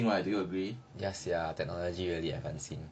ya sia technology really advancing